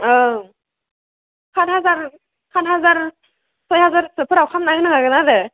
औ साथ हाजार सय हाजारसोफोराव खालामना होनो हागोन आरो